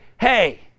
hey